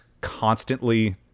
constantly